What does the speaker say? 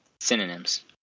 synonyms